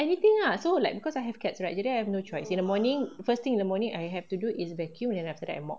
anything ah so like because I have cats right jadi I have no choice in the morning first thing in the morning I have to do is vacuum then after that I mop